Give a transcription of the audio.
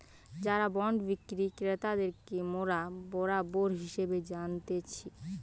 যারা বন্ড বিক্রি ক্রেতাদেরকে মোরা বেরোবার হিসেবে জানতিছে